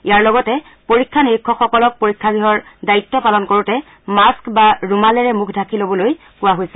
ইয়াৰ লগতে পৰীক্ষা নিৰীক্ষকসকলক পৰীক্ষাগৃহৰ দায়িত্ব পালন কৰোতে মাস্ক বা ৰুমালেৰে মুখ ঢাকি লবলৈ কোৱা হৈছে